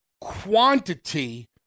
quantity